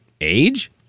age